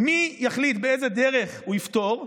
מי יחליט באיזו דרך הוא יפתור?